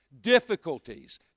difficulties